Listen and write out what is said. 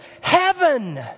Heaven